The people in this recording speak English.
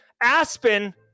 Aspen